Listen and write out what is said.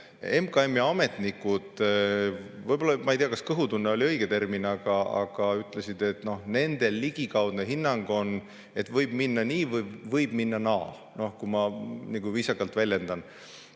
MKM-i ametnikud – ma ei tea, kas "kõhutunne" oli õige termin – ütlesid, et nende ligikaudne hinnang on, et võib minna nii, võib minna naa, kui ma nagu viisakalt väljendan.